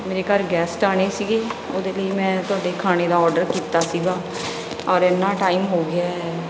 ਮੇਰੇ ਘਰ ਗੈਸਟ ਆਉਣੇ ਸੀਗੇ ਉਹਦੇ ਲਈ ਮੈਂ ਤੁਹਾਡੇ ਖਾਣੇ ਦਾ ਔਡਰ ਕੀਤਾ ਸੀਗਾ ਔਰ ਇੰਨਾ ਟਾਈਮ ਹੋ ਗਿਆ ਹੈ